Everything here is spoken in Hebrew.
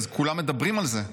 כולם מדברים על זה,